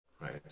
Right